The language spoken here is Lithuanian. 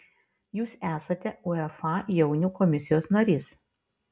jūs esate uefa jaunių komisijos narys